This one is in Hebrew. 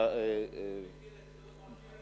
אני מכיר את השכונה כמו את כף ידי.